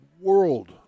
world